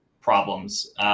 problems